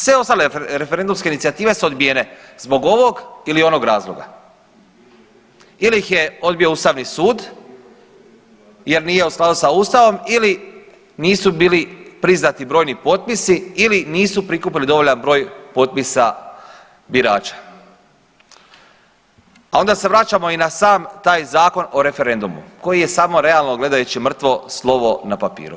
Sve ostale referendumske inicijative su odbijene zbog ovog ili onog razloga ili ih je odbio ustavni sud jer nije u skladu sa ustavom ili nisu bili priznati brojni potpisi ili nisu prikupili dovoljan broj potpisa birača, a onda se vraćamo i na sam taj Zakon o referendum koji je samo realno gledajući mrtvo slovo na papiru.